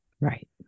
Right